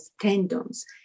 tendons